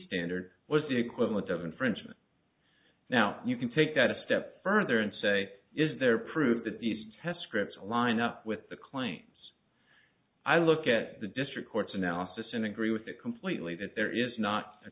standard was the equivalent of infringement now you can take that a step further and say is there proof that these test scripts are lined up with the claims i look at the district court's analysis and agree with that completely that there is not a